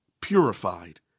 purified